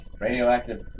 Radioactive